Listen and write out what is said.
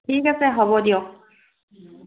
ঠিক আছে হ'ব দিয়ক